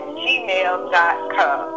gmail.com